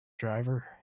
driver